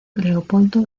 leopoldo